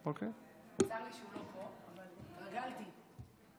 בבקשה, גברתי, שלוש דקות לרשותך.